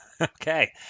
Okay